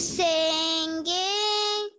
singing